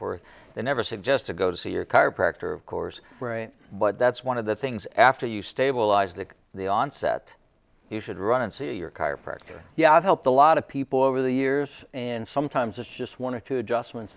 forth they never suggest a go see your chiropractor of course right but that's one of the things after you stabilize that the onset you should run and see your chiropractor yeah it helped a lot of people over the years and sometimes it's just one or two adjustments